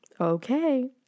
Okay